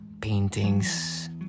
paintings